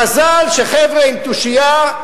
מזל שחבר'ה עם תושייה,